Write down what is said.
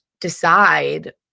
decide